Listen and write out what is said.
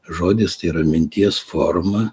žodis tai yra minties forma